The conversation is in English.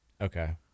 Okay